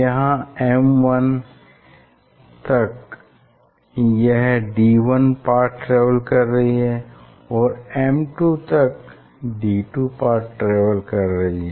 यहाँ M1 तक यह d1 पाथ ट्रेवल कर रही है और M2 तक d2 पाथ ट्रेवल कर रही है